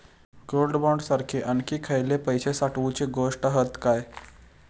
Gold bond सारखे आणखी खयले पैशे साठवूचे गोष्टी हत काय?